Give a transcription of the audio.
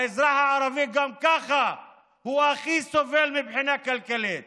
האזרח הערבי גם ככה הכי סובל מבחינה כלכלית